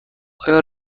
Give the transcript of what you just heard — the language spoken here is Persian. آیا